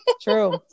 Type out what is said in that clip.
true